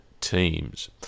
teams